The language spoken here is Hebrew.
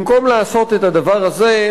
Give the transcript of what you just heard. במקום לעשות את הדבר הזה,